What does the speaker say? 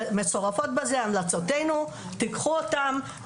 מצורפות בזה המלצותינו, תקחו אותן.